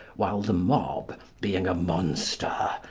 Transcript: while the mob, being a monster,